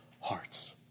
hearts